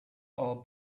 our